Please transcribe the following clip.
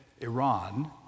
Iran